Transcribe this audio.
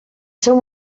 seu